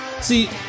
See